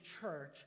church